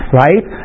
right